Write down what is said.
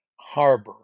harbor